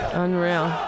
unreal